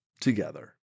together